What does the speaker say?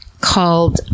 called